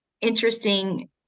interesting